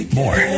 more